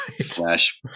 slash